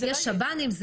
יש שב"נים.